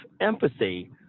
empathy